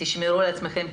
תשמרו על עצמכם,